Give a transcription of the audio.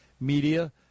media